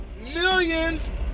millions